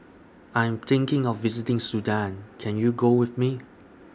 I Am thinking of visiting Sudan Can YOU Go with Me